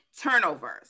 turnovers